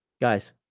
Guys